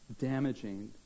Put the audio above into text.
damaging